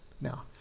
Now